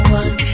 one